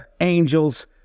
angels